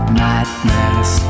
madness